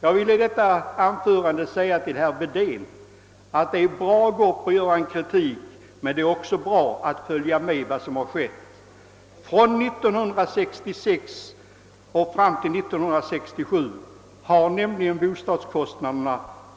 Jag vill i detta sammanhang säga till herr Wedén att det är bra att framföra kritik, men det är också bra att följa med vad som sker. Från 1966 till 1967 har